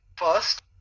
first